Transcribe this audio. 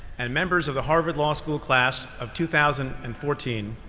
and members of the harvard law school class of two thousand and fourteen,